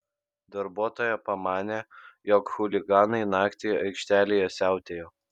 darbuotoja pamanė jog chuliganai naktį aikštelėje siautėjo